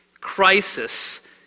crisis